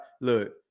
Look